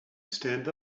stand